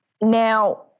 Now